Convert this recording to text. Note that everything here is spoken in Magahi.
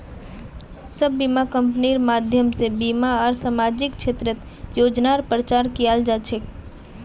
सब बीमा कम्पनिर माध्यम से बीमा आर सामाजिक क्षेत्रेर योजनार प्रचार कियाल जा छे